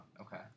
Okay